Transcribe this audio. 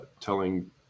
telling